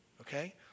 okay